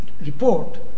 report